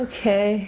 Okay